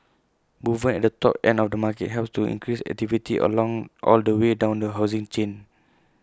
movement at the top end of the market helps to increase activity along all the way down the housing chain